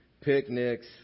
picnics